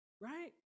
right